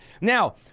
now